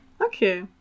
Okay